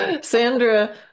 Sandra